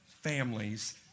families